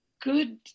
good